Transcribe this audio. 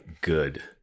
good